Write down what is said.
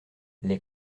les